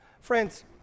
Friends